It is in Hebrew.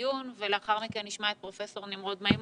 הדיון ולאחר מכן נשמע את פרופ' נמרוד מימון,